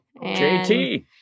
JT